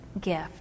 gift